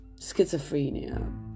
schizophrenia